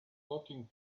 looking